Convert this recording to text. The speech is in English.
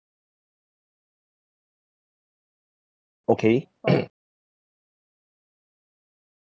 okay